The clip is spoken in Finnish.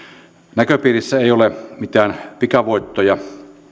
näköpiirissä ei ole mitään pikavoittoja